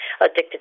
addicted